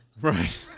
Right